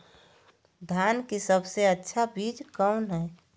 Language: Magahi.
धान की सबसे अच्छा बीज कौन है?